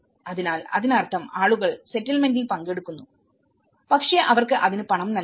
അതിനാൽ അതിനർത്ഥം ആളുകൾ സെറ്റിൽമെന്റിൽ പങ്കെടുക്കുന്നു പക്ഷേ അവർക്ക് അതിന് പണം നൽകുന്നു